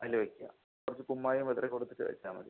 അതില് വയ്ക്കുക കുറച്ച് കുമ്മായം വിതറി കൊടുത്തിട്ട് വെച്ചാൽ മതി